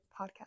podcast